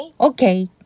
Okay